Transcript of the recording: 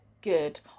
good